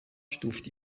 stuft